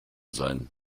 sein